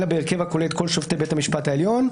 אלא בהרכב הכולל את כל שופטי בית המשפט העליון,